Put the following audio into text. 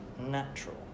natural